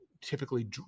typically